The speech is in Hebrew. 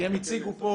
כי הם הציגו פה